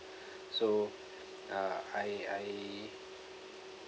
so uh I I